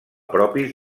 propis